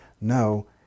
no